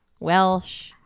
Welsh